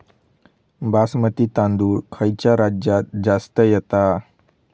बासमती तांदूळ खयच्या राज्यात जास्त येता?